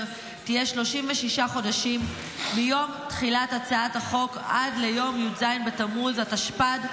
תהיה 36 חודשים מיום תחילת הצעת החוק ועד ליום י"ז בתמוז התשפ"ד,